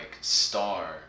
star